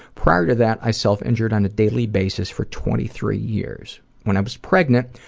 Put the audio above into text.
prior to that, i self-injured on a daily basis for twenty three years. when i was pregnant,